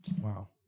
Wow